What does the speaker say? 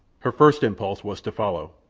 her first impulse was to follow.